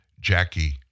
Jackie